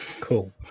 Cool